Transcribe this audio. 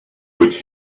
which